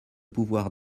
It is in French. pouvoir